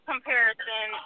comparison